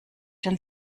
den